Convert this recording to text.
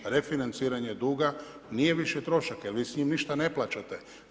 Refinanciranje duga nije više trošak jer vi s njim ništa ne plaćate.